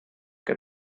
que